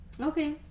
Okay